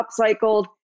upcycled